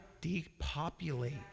depopulate